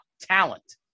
talent